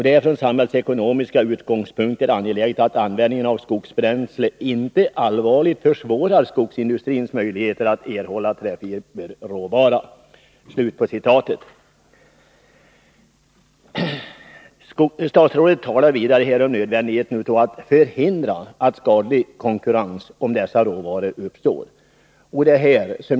Det är från samhällsekonomiska utgångspunkter angeläget att användningen av skogsbränsle inte allvarligt försvårar skogsindustrins möjligheter att erhålla träfiberråvara.” Statsrådet talar vidare om nödvändigheten av att förhindra att skadlig konkurrens om dessa råvaror uppstår.